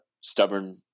stubborn